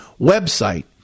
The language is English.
website